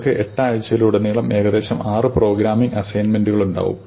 നിങ്ങൾക്ക് എട്ട് ആഴ്ചയിലുടനീളം ഏകദേശം ആറ് പ്രോഗ്രാമിംഗ് അസൈൻമെന്റുകളും ഉണ്ടായിരിക്കും